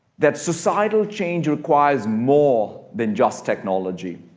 that societal change requires more than just technology.